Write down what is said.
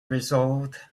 resolved